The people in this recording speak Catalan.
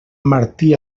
martí